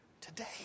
today